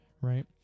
right